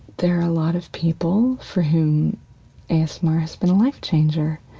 there are a lot of people for whom asmr has been life changer.